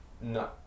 No